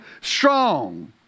strong